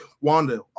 Wanda